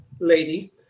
Lady